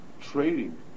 trading